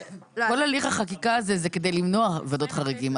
כל הליך החקיקה הזה זה כדי למנוע ועדות חריגים,